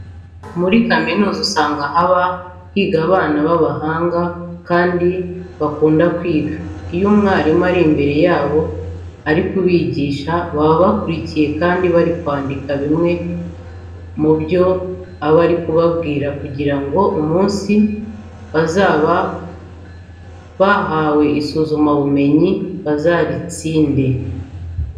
Muri kaminuza usanga haba higa abanyeshuri b'abahanga kandi bakunda kwiga. Iyo mwarimu ari imbere yabo ari kubigisha, baba bakurikiye kandi bari kwandika bimwe mu byo aba ari kubabwira kugira ngo umunsi bazaba bahawe isuzumabumenyi bazaritsinde.